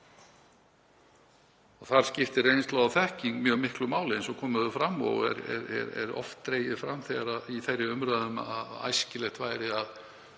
og þar skiptir reynsla og þekking mjög miklu máli eins og komið hefur fram og er oft dregið fram í umræðunni um að æskilegt væri að